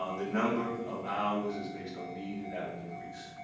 ah the number of hours is based on need, and that will increase.